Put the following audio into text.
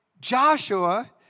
Joshua